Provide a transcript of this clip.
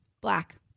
Black